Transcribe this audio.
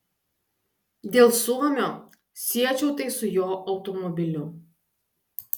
dėl suomio siečiau tai su jo automobiliu